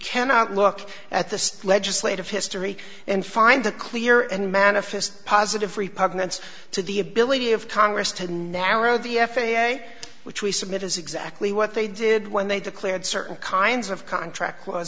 cannot look at the legislative history and find a clear and manifest positive repugnance to the ability of congress to narrow the f a a which we submit is exactly what they did when they declared certain kinds of contract